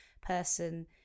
person